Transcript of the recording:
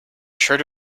sure